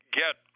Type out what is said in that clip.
get